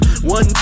One